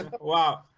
Wow